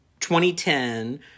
2010